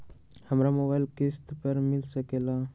हमरा मोबाइल किस्त पर मिल सकेला?